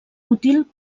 útil